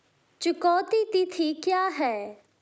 चुकौती तिथि क्या है?